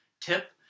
tip